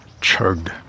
chugged